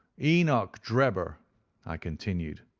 enoch drebber i continued,